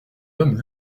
homme